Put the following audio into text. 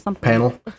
panel